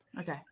okay